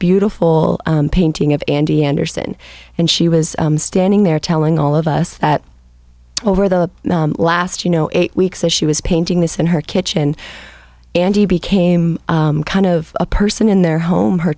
beautiful painting of andy andersen and she was standing there telling all of us that over the last you know eight weeks as she was painting this in her kitchen and he became kind of a person in their home her